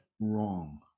wrong